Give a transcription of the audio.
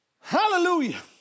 Hallelujah